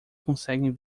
conseguem